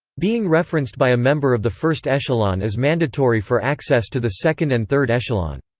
being referenced by a member of the first echelon is mandatory for access to the second and third echelon.